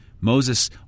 Moses